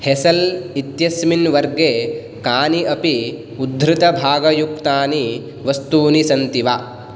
hassle इत्यस्मिन् वर्गे कानि अपि उद्धृतभागयुक्तानि वस्तूनि सन्ति वा